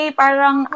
parang